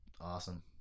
awesome